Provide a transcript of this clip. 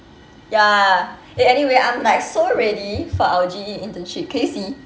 ya eh anyway I'm like so ready for our G_E internship can you see